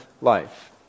life